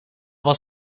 was